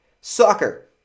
Soccer